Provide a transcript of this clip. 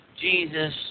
Jesus